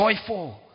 joyful